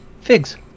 Figs